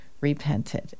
repented